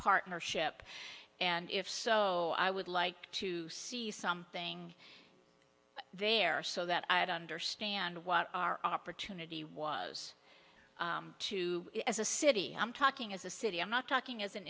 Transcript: partnership and if so i would like to see something there so that i'd understand what our opportunity was to as a city i'm talking as a city i'm not talking as an